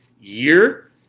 year